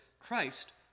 Christ